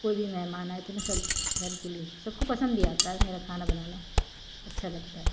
कोई भी मेहमान आए तो मैं सब घर के लिए सबको पसंद भी आता है मेरा खाना बनाना अच्छा लगता है